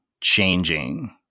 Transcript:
changing